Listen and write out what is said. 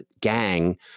gang